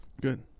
Good